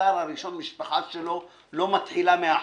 הנפטר הראשון המשפחה שלו לא מתחילה מהחוק.